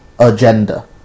Agenda